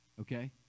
Okay